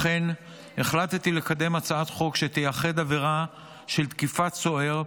לכן החלטתי לקדם הצעת חוק שתייחד עבירה של תקיפה סוהר,